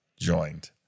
joined